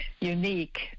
unique